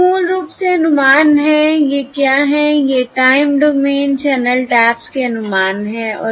ये मूल रूप से अनुमान हैं ये क्या हैं ये टाइम डोमेन चैनल टैप्स के अनुमान हैं